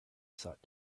thought